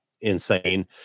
insane